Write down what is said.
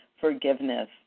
forgiveness